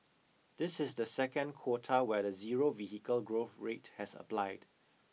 this is the second quarter where the zero vehicle growth rate has applied